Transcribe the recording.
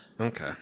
Okay